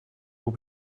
will